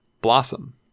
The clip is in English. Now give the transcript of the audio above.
blossom